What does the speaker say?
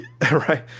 right